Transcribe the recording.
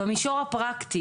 במישור הפרקטי